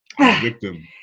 victim